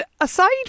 aside